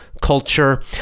culture